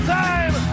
time